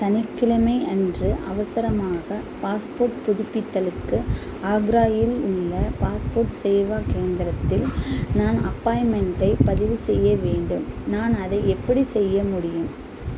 சனிக்கிமை அன்று அவசரமாக பாஸ்போர்ட் புதுப்பித்தலுக்கு ஆக்ராவில் உள்ள பாஸ்போர்ட் சேவா கேந்திரத்தில் நான் அப்பாயிண்ட்மெண்ட்டை பதிவு செய்ய வேண்டும் நான் அதை எப்படி செய்ய முடியும்